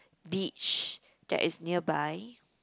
beach that is nearby